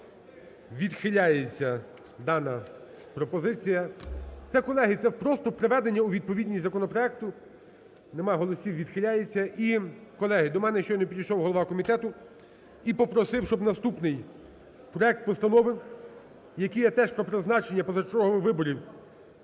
Відхиляється дана пропозиція. Це, колеги, це просто приведення у відповідність законопроекту. Нема голосів, відхиляється. І, колеги, до мене щойно підійшов голова комітету і попросив, щоб наступний проект постанови, який є теж про призначення позачергових виборів